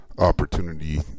opportunity